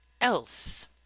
else